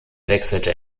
wechselte